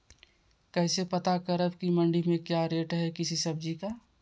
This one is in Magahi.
कैसे पता करब की मंडी में क्या रेट है किसी सब्जी का?